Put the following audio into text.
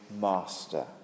master